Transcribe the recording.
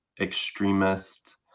extremist